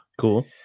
cool